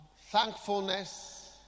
thankfulness